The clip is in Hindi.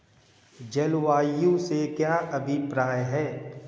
जलवायु से क्या अभिप्राय है?